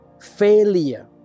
failure